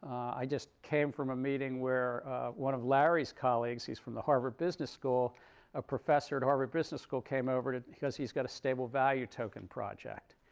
i just came from a meeting where one of larry's colleagues he's from the harvard business school a professor at harvard business school came over because he's got a stable value token project.